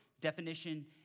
definition